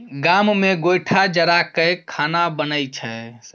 गाम मे गोयठा जरा कय खाना बनइ छै